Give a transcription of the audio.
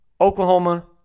Oklahoma